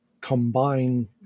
combine